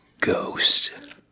Ghost